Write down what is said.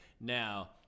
Now